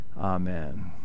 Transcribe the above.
Amen